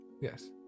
Yes